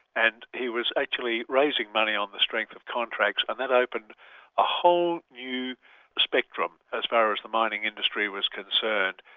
and he was actually raising money on the strength of contracts, and that opened a whole new spectrum as far as the mining industry was concerned.